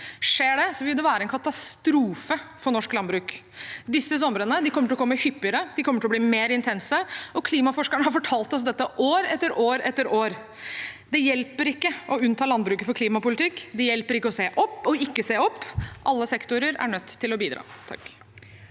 Skjer det, vil det være en katastrofe for norsk landbruk. Disse somrene kommer til å komme hyppigere, de kommer til å bli mer intense, og klimaforskerne har fortalt oss dette år etter år etter år. Det hjelper ikke å unnta landbruket for klimapolitikk. Det hjelper ikke å ikke se opp. Alle sektorer er nødt til å bidra.